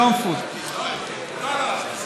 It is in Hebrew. על הג'אנק פוד, על הג'אנק פוד.